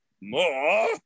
More